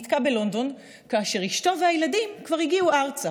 נתקע בלונדון כאשר אשתו והילדים כבר הגיעו ארצה.